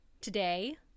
today